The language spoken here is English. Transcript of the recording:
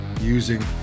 using